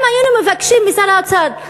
אם היינו מבקשים משר האוצר: